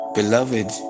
Beloved